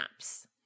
apps